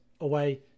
away